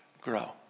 grow